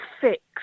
fixed